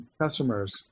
Customers